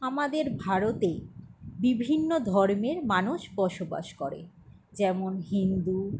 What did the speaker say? আমাদের ভারতে বিভিন্ন ধর্মের মানুষ বসবাস করে যেমন হিন্দু